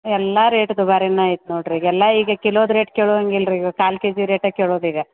ಎಲ್ಲ ರೇಟ್ ದುಬಾರಿನೇ ಐತೆ ನೋಡಿರಿ ಈಗ ಎಲ್ಲ ಈಗ ಕಿಲೋದ ರೇಟ್ ಕೇಳೋವಂಗೆ ಇಲ್ಲ ರೀ ಈಗ ಕಾಲು ಕೆಜಿ ರೇಟೇ ಕೇಳೋದು ಈಗ